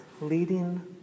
leading